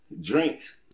drinks